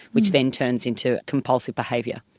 which then turns into compulsive behaviour.